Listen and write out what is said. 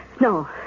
No